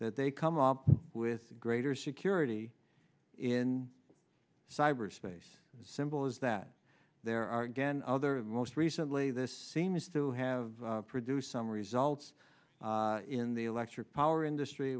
that they come up with greater security in cyberspace simple as that there are again other than most recently this seems to have produced some results in the electric power industry